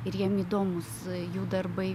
ir jiems įdomūs jų darbai